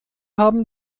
haben